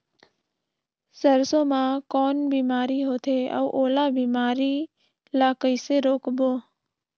सरसो मा कौन बीमारी होथे अउ ओला बीमारी ला कइसे रोकबो?